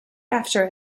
after